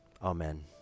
Amen